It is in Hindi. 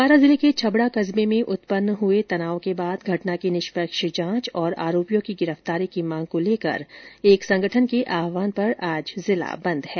बारां जिले के छबड़ा कस्बे में उत्पन्न हुए तनाव के बाद घटना की निष्पक्ष जांच और आरोपियों की गिरफ्तारी की मांग को लेकर एक संगठन के आहवान पर आज जिला बंद है